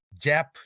Jap